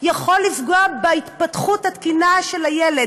יכול לפגוע בהתפתחות התקינה של הילד,